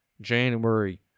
January